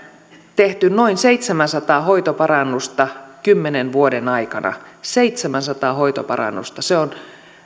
tehty noin seitsemänsataa hoitoparannusta kymmenen vuoden aikana seitsemänsataa hoitoparannusta se on